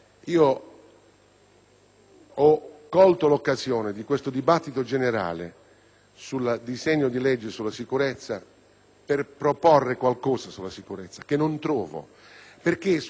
ho colto l'occasione di questa discussione generale sul disegno di legge sulla sicurezza per proporre qualcosa, appunto sulla sicurezza, che non trovo. Sulla prevenzione